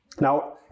Now